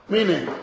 Meaning